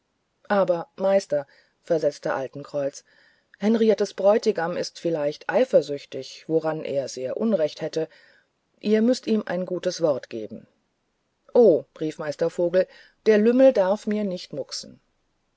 aber meister versetzte altenkreuz henriettes bräutigam ist vielleicht eifersüchtig woran er sehr unrecht hätte ihr müßt ihm ein gutes wort geben oh rief meister vogel der lümmel darf mir nicht mucksen